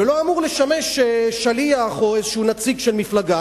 ולא אמור לשמש שליח או איזשהו נציג של מפלגה.